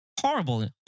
horrible